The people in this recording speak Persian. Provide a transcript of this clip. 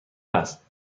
است